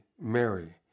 Mary